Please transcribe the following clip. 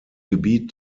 gebiet